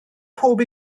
pob